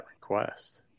request